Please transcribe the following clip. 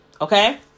Okay